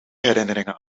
herinneringen